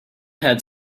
had